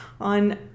on